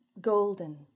Golden